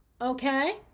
Okay